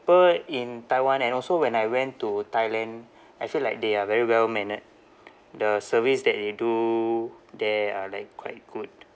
people in taiwan and also when I went to thailand I feel like they are very well mannered the service that they do there are like quite good